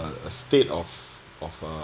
uh a state of of uh